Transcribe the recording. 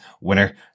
winner